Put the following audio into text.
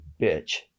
bitch